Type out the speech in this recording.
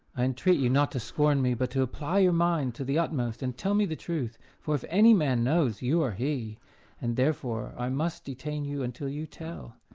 i entreat you not to scorn me, but to apply your mind to the utmost, and tell me the truth. for, if any man knows, you are he and therefore i must detain you until you tell.